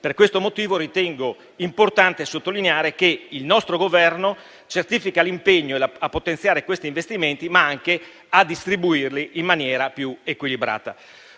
Per questo motivo, ritengo importante sottolineare che il nostro Governo certifica l'impegno a potenziare questi investimenti, ma anche a distribuirli in maniera più equilibrata.